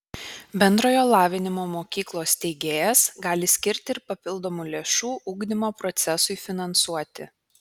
bendrojo lavinimo mokyklos steigėjas gali skirti ir papildomų lėšų ugdymo procesui finansuoti